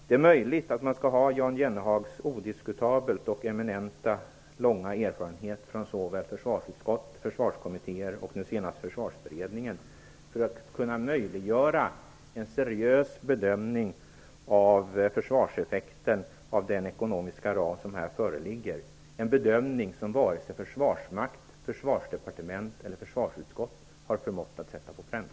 Det är möjligt att man skall ha Jan Jennehags odiskutabelt och eminenta långa erfarenhet från såväl försvarsutskott, försvarskommittéer och nu senast försvarsberedningen för att kunna möjliggöra en seriös bedömning av försvarseffekten av den ekonomiska ram som här föreligger, en bedömning som varken Försvarsmakten, Försvarsdepartementet eller försvarsutskottet har förmått sätta på pränt.